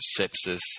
sepsis